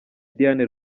diane